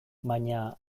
baina